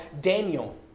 Daniel